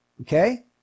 Okay